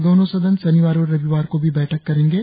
दोनों सदन शनिवार और रविवार को भी बैठक करेंगे